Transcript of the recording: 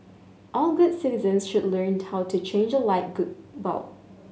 all good citizens should learnt how to change a light good bulb